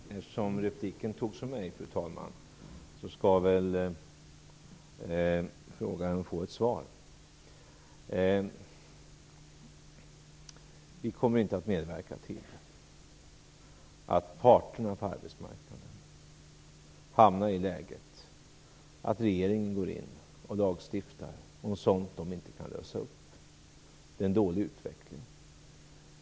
Fru talman! Eftersom repliken togs på mig, skall jag besvara frågan. Vi kommer inte att medverka till att parterna på arbetsmarknaden hamnar i det läget att regeringen går in och lagstiftar om sådant som de inte kan lösa upp. Det är en dålig utveckling.